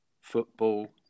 football